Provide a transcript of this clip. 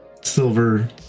silver